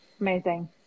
amazing